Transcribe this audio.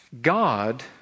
God